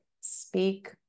speak